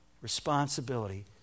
responsibility